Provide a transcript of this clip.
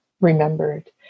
remembered